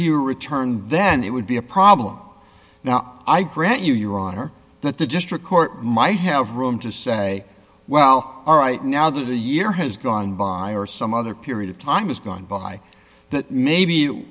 you returned then it would be a problem now i grant you your honor that the district court might have room to say well all right now the year has gone by or some other period of time has gone by that maybe